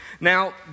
Now